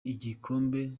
igikombe